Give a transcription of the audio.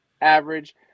average